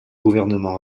gouvernement